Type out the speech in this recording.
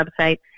website